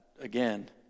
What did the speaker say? again